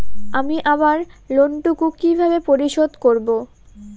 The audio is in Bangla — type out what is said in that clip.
আমি আমার লোন টুকু কিভাবে পরিশোধ করব?